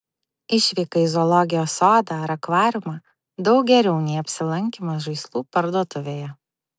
išvyka į zoologijos sodą ar akvariumą daug geriau nei apsilankymas žaislų parduotuvėje